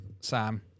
Sam